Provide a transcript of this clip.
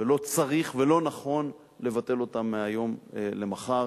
לא צריך ולא נכון לבטל אותם מהיום למחר.